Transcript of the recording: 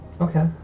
Okay